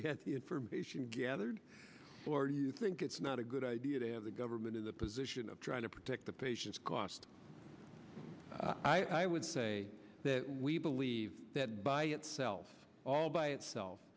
you get the information gathered or you think it's not a good idea to have the government in the position of trying to protect the patients cost i would say that we believe that by itself all by itself